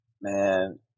Man